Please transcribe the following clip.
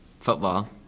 Football